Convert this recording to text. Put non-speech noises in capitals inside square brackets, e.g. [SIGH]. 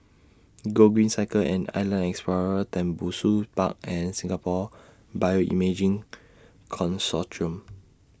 Gogreen Cycle and Island Explorer Tembusu Park and Singapore Bioimaging Consortium [NOISE]